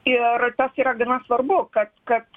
ir tas yra gana svarbu kad kad